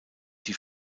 die